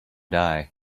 die